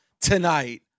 tonight